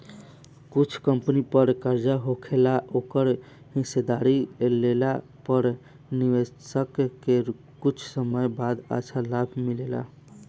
कुछ कंपनी पर कर्जा होखेला ओकर हिस्सेदारी लेला पर निवेशक के कुछ समय बाद अच्छा लाभ मिलेला